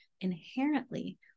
inherently